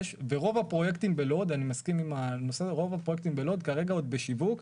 ורוב הפרויקטים בלוד כרגע עוד בשיווק,